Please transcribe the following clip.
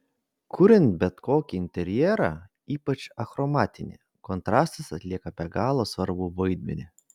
kuriant bet kokį interjerą ypač achromatinį kontrastas atlieka be galo svarbų vaidmenį